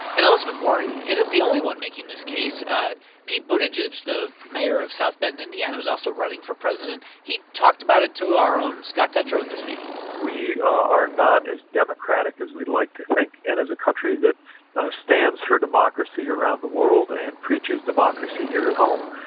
and elizabeth warren isn't the only one making this case. pete buttigieg, the mayor of south bend, and ind, and who's also running for president he talked about it to our own scott detrow this week we are not as democratic as we'd like to think. and as a country that stands for democracy around the world and preaches democracy here at home,